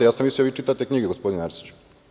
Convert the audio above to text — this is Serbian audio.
Ja sam mislio da vi čitate knjige, gospodine Arsiću.